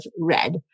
read